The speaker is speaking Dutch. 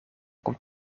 komt